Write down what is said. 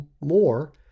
More